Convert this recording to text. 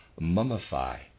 mummify